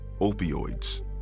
opioids